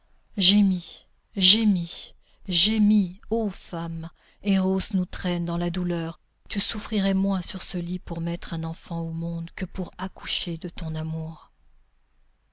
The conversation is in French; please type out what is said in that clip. et j'entends ta plainte perpétuelle gémis gémis gémis ô femme erôs nous traîne dans la douleur tu souffrirais moins sur ce lit pour mettre un enfant au monde que pour accoucher de ton amour